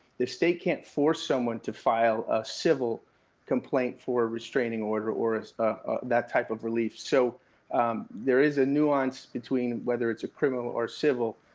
the state can't force someone to file a civil complaint for a restraining order, or that type of relief. so there is a nuance between whether it's a criminal or civil,